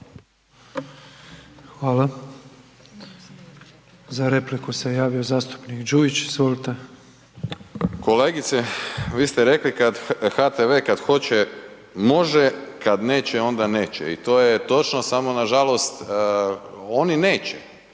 Hvala. Za repliku se javio zastupnik Đujić. Izvolite. **Đujić, Saša (SDP)** Kolegice, vi ste rekli, HTV kad hoće može, kada neće onda neće i to je točno, samo nažalost oni neće,